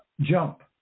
jump